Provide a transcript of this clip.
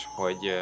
hogy